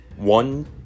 one